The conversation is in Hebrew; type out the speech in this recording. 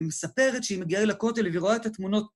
מספרת שהיא מגיעה לכותל והיא רואה את התמונות.